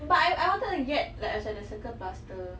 but I I wanted to get like a standard circle plaster